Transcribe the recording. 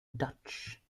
dutch